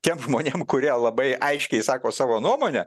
tiem žmonėm kurie labai aiškiai sako savo nuomonę